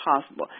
possible